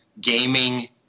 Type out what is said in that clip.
gaming